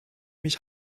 mich